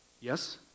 Yes